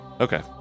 Okay